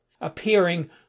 appearing